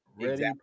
Ready